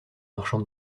marchand